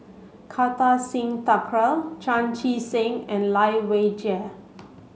Kartar Singh Thakral Chan Chee Seng and Lai Weijie